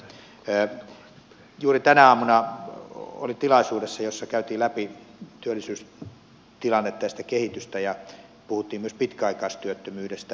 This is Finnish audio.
juuri tänä aamuna olin tilaisuudessa jossa käytiin läpi työllisyystilannetta ja sitä kehitystä ja puhuttiin myös pitkäaikaistyöttömyydestä